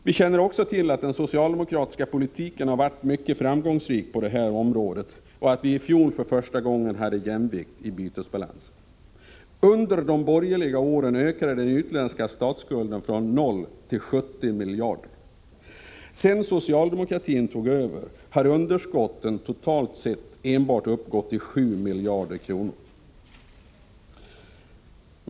Vi känner också till att den socialdemokratiska politiken har varit mycket framgångsrik på detta område och att vi i fjol för första gången hade jämvikt i bytesbalansen. Under de borgerliga åren ökade den utländska statsskulden från 0 till 70 miljarder. Sedan socialdemokratin tog över har underskotten totalt sett uppgått till enbart 7 miljarder kronor.